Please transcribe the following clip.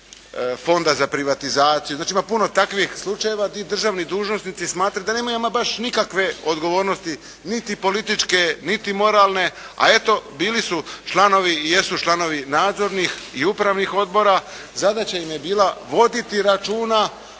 Fonda za privatizaciju. Znači ima puno takvih slučajeva gdje državni dužnosnici smatraju da nemaju ama baš nikakve odgovornosti niti političke niti moralne a eto bili su članovi i jesu članovi nadzornih i upravnih odbora. Zadaća im je bila voditi računa